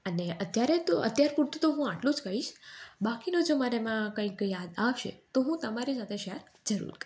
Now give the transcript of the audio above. અને અત્યારે તો અત્યારે પૂરતું તો હું આટલું જ કહીશ બાકીનો જો મને કઈ કઈ યાદ ધ્યાનમાં આવશે તો હું તમારી સાથે શેર કરીશ